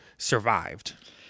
survived